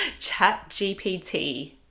ChatGPT